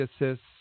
assists